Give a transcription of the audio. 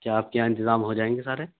کیا آپ کے یہاں انتظام ہو جائیں گے سارے